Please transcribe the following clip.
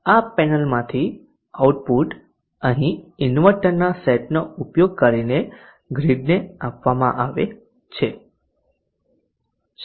આ પેનલમાંથી આઉટપુટ અહીં ઇન્વર્ટરના સેટનો ઉપયોગ કરીને ગ્રીડને આપવામાં આવે છે